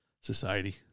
Society